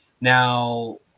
now